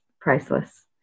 priceless